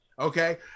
okay